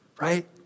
right